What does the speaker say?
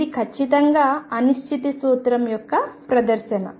ఇది ఖచ్చితంగా అనిశ్చితి సూత్రం యొక్క ప్రదర్శన